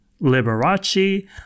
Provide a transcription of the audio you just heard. Liberace